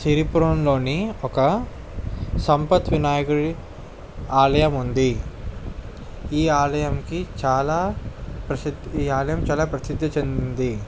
సిరిపురంలోని ఒక్క సంపత్ వినాయకుడి ఆలయం ఉంది ఈ ఆలయానికి చాలా ప్రసిద్ధి ఈ ఆలయం చాలా ప్రసిద్ధి చెందింది